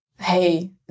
hey